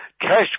Cash